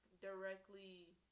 directly